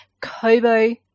kobo